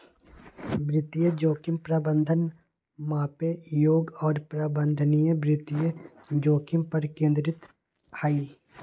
वित्तीय जोखिम प्रबंधन मापे योग्य और प्रबंधनीय वित्तीय जोखिम पर केंद्रित हई